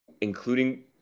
including